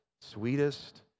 sweetest